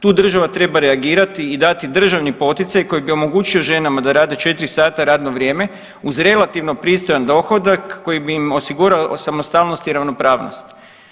Tu država treba reagirati i dati državni poticaj koji bi omogućio ženama da rade četiri sata radno vrijeme uz relativno pristojan dohodak koji bi im osigurao samostalnost i ravnopravnost.